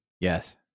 Yes